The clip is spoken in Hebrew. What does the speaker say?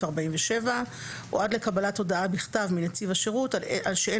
47 או עד לקבלת הודעה בכתב מנציב השירות על שאין